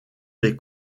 les